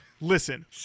Listen